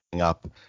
up